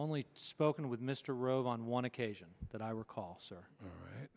only spoken with mr rove on one occasion that i recall sir all right